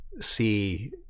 see